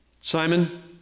Simon